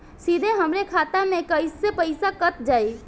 सीधे हमरे खाता से कैसे पईसा कट जाई?